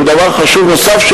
בדבר חשוב נוסף,